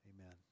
Amen